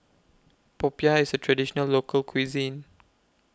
Popiah IS A Traditional Local Cuisine